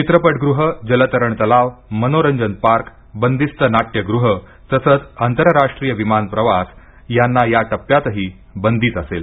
चित्रपटगृहं जलतरण तलाव मनोरंजन पार्क बंदिस्त नाट्यगृहं तसंच आंतरराष्ट्रीय विमानप्रवास यांना या टप्प्यातही बंदीच असेल